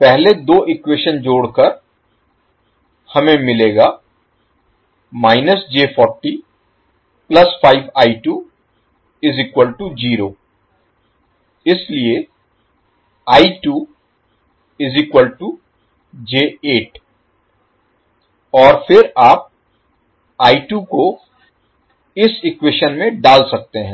पहले दो इक्वेशन जोड़कर हमें मिलेगा इसलिए और फिर आप I2 को इस इक्वेशन में डाल सकते हैं